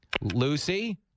Lucy